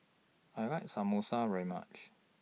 I like Samosa very much